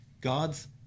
God's